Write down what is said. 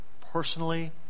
personally